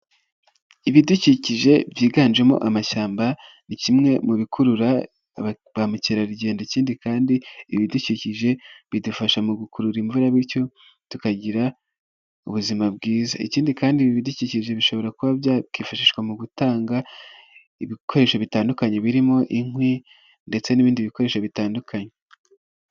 Ibidukikije byiganjemo amashyamba ni kimwe mu bikurura ba mukerarugendo ikindi kandi ibidukikije bidufasha mu gukurura imvura bityo tukagira ubuzima bwiza, ikindi kandi ibi bidukikije bishobora kuba byakifashishwa mu gutanga ibikoresho bitandukanye birimo inkwi ndetse n'ibindi bikoresho bitandukanye.